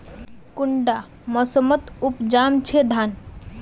कुंडा मोसमोत उपजाम छै धान?